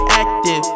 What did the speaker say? active